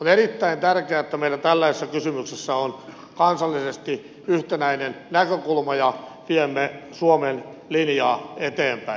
on erittäin tärkeää että meillä tällaisissa kysymyksissä on kansallisesti yhtenäinen näkökulma ja viemme suomen linjaa eteenpäin